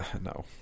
no